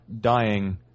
dying